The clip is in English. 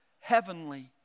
heavenly